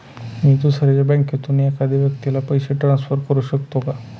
मी दुसऱ्या बँकेतून एखाद्या व्यक्ती ला पैसे ट्रान्सफर करु शकतो का?